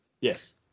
Yes